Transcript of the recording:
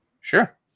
Sure